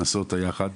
נעשה אותה יחד.